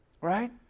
right